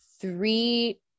three